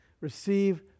Receive